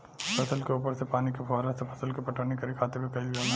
फसल के ऊपर से पानी के फुहारा से फसल के पटवनी करे खातिर भी कईल जाला